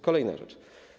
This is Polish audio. Kolejna rzecz.